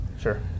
Sure